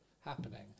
happening